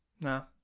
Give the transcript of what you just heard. No